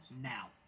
now